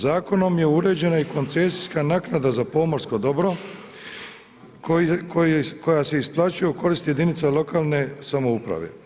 Zakonom je uređena i koncesijska naknada za pomorsko dobro koja se isplaćuju u korist jedinica lokalne samouprave.